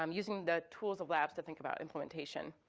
um using the tools of labs to think about implementation,